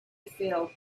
filled